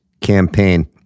campaign